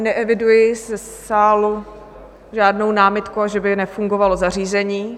Neeviduji ze sálu žádnou námitku, že by nefungovalo zařízení.